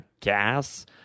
gas